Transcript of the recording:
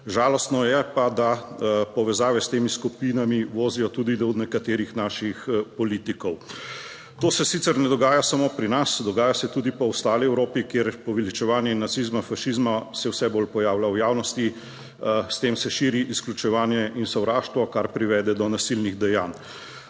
Žalostno je pa, da povezave s temi skupinami vozijo tudi do nekaterih naših politikov. To se sicer ne dogaja samo pri nas, dogaja se tudi po ostali Evropi, kjer poveličevanje nacizma, fašizma se vse bolj pojavlja v javnosti. S tem se širi izključevanje 17. TRAK. (NB) - 10.20 (Nadaljevanje)